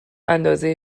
اندازه